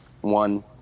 one